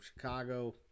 Chicago